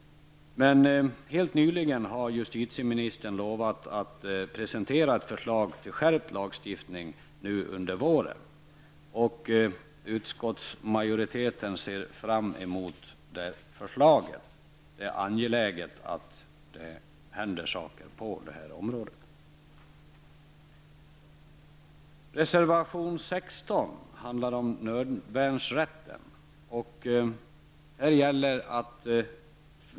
Justitieministern har helt nyligen lovat att under våren presentera ett förslag till skärpt lagstiftning. Utskottsmajoriteten ser fram mot det förslaget. Det är angeläget att det händer saker på detta område.